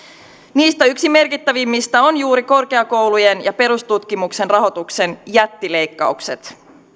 niistä yksi merkittävimmistä on juuri korkeakoulujen ja perustutkimuksen rahoituksen jättileikkaukset